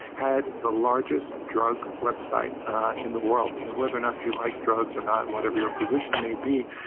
had the largest drug website in the world. and whether or not you like drugs or not and whatever your position may be,